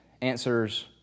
answers